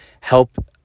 help